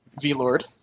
V-Lord